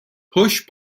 push